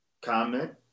Comment